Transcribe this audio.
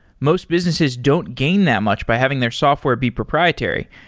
most businesses don't gain that much by having their software be proprietary.